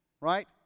right